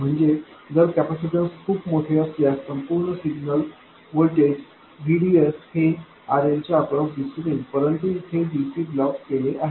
म्हणजे जर कॅपेसिटन्स खूप मोठे असल्यास संपूर्ण सिग्नल व्होल्टेज VDS हे RL च्या अक्रॉस दिसून येईल परंतु इथे dc ब्लॉक केले आहे